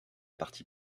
partie